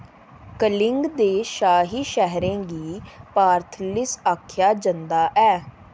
कलिंग दे शाही शैह्रैं गी पार्थलिस आखेआ जंदा ऐ